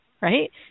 right